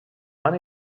van